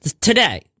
today